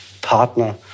partner